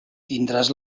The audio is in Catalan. tindràs